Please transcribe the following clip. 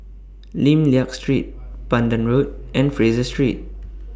Lim Liak Street Pandan Road and Fraser Street